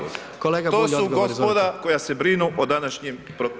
To su gospoda koja se brinu o današnjim